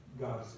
God